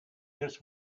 this